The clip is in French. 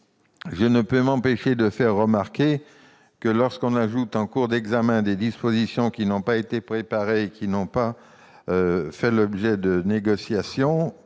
Je ne peux m'empêcher de faire remarquer que, lorsque l'on ajoute en cours de discussion des dispositions qui n'ont pas été préparées et qui n'ont pas fait l'objet de négociations